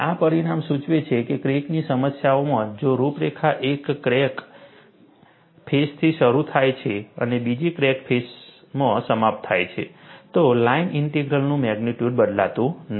આ પરિણામ સૂચવે છે કે ક્રેકની સમસ્યાઓમાં જો રૂપરેખા એક ક્રેક ફેસથી શરૂ થાય છે અને બીજી ક્રેક ફેસમાં સમાપ્ત થાય છે તો લાઇન ઇન્ટિગ્રલનું મેગ્નીટ્યૂડ બદલાતું નથી